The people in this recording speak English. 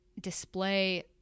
display